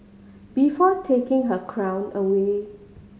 before taking her crown away